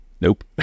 Nope